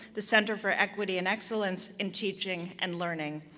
the center for equity and excellence in teaching and learning.